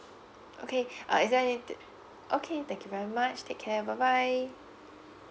okay uh is there anythi~ okay thank you very much take care bye bye